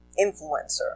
influencer